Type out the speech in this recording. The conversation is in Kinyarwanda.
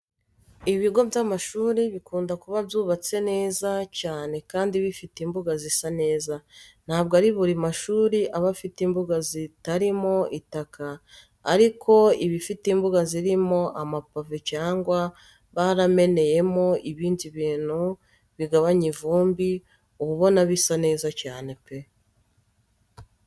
Ibigo by'amashuri bikunda kuba byubatse neza cyane kandi bifite imbuga zisa neza. Ntabwo ari buri mashuri aba afite imbuga zitarimo itaka ariko ibifite imbuga zirimo amapave cyangwa baramennyemo ibindi bintu bigabanya ivumbi, uba ubona bisa neza cyane pe!